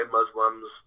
Muslims